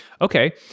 okay